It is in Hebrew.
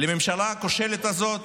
לממשלה הכושלת הזאת